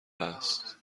است